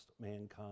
mankind